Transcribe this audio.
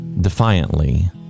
defiantly